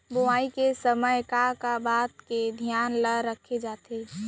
बुआई के समय का का बात के धियान ल रखे जाथे?